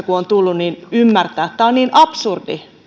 kun on tullut yhteydenottoja ymmärtää tämä on niin absurdi